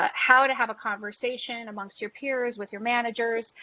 ah how to have a conversation amongst your peers, with your managers.